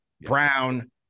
Brown